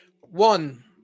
One